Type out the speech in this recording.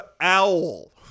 owl